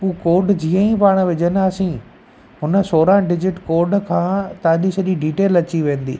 उहो कोड जीअं ई पाण विझंदासीं हुन सोरहं डिजिट कोड खां तव्हांजी सॼी डिटेल अची वेंदी